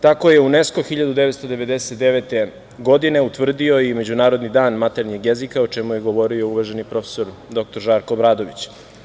Tako je UNESKO 1999. godine utvrdio i Međunarodni dan maternjeg jezika, o čemu je govorio uvaženi prof. dr Žarko Obradović.